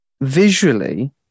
visually